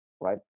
Right